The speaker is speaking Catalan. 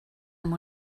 amb